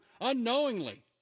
unknowingly